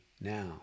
now